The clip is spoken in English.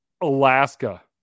Alaska